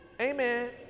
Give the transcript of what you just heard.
Amen